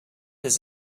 his